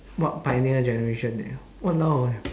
what pioneer generation eh !walao! eh